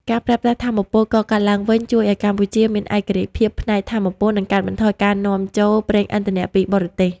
ការប្រើប្រាស់ថាមពលកកើតឡើងវិញជួយឱ្យកម្ពុជាមានឯករាជ្យភាពផ្នែកថាមពល និងកាត់បន្ថយការនាំចូលប្រេងឥន្ធនៈពីបរទេស។